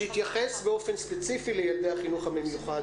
שיתייחס באופן ספציפי לילדי החינוך המיוחד.